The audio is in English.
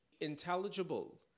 intelligible